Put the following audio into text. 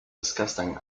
disgusting